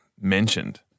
mentioned